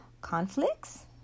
conflicts